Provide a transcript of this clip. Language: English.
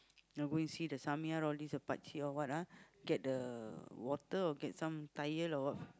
know go and see the all this the pakcik all what ah get the water or get some tyre or what